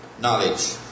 knowledge